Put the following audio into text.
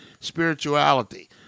spirituality